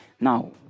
now